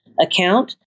account